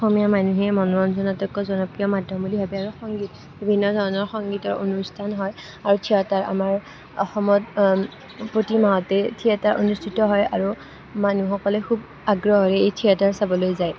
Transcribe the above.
অসমীয়া মানুহে মনোৰঞ্জনৰ আটাইতকৈ জনপ্ৰিয় মাধ্যম বুলি ভাবে আৰু সংগীত বিভিন্ন ধৰণৰ সংগীতৰ অনুষ্ঠান হয় আৰু থিয়েটাৰ আমাৰ অসমত প্ৰতি মাহতে থিয়েটাৰ অনুষ্ঠিত হয় আৰু মানুহসকলে খুব আগ্ৰহেৰে এই থিয়েটাৰ চাবলৈ যায়